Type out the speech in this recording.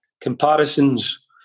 Comparisons